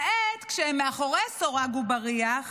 כעת, כשהם מאחורי סורג ובריח,